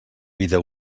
vida